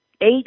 eight